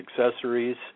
accessories